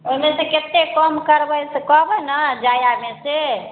ओइमे सँ कते कम करबै से कहबै ने जयामे सँ